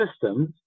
systems